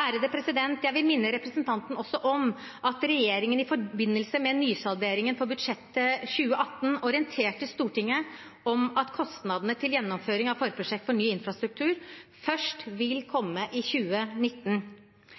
Jeg vil også minne representanten om at regjeringen i forbindelse med nysalderingen av budsjettet for 2018 orienterte Stortinget om at kostnadene til gjennomføring av forprosjekt for ny infrastruktur først vil